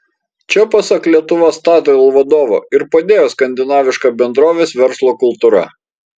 čia pasak lietuva statoil vadovo ir padėjo skandinaviška bendrovės verslo kultūra